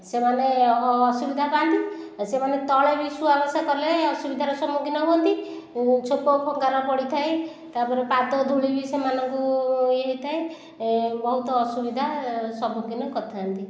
ସେମାନେ ଅସୁବିଧା ପାଆନ୍ତି ସେମାନେ ତଳେ ବି ଶୁଆବସା କଲେ ଅସୁବିଧାର ସମ୍ମୁଖୀନ ହୁଅନ୍ତି ଛେପଖଙ୍କାର ପଡ଼ିଥାଏ ତା'ପରେ ପାଦଧୂଳି ବି ସେମାନଙ୍କୁ ଇଏ ହୋଇଥାଏ ବହୁତ ଅସୁବିଧା ସମ୍ମୁଖୀନ କରିଥାଆନ୍ତି